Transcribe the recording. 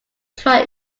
trial